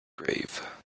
grave